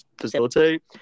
facilitate